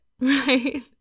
right